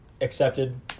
Accepted